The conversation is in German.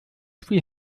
viel